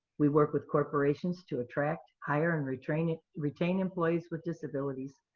we work with corporations to attract, hire, and retain retain employees with disabilities,